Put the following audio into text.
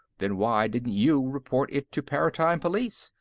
then why didn't you report it to paratime police?